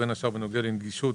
ובין השאר בנוגע לנגישות,